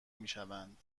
میشوند